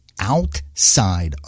outside